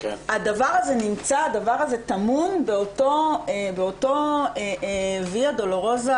הדבר הזה טעון באותה ויה דולורוזה